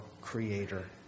creator